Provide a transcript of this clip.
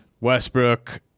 westbrook